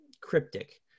cryptic